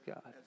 God